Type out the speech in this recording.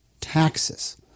taxes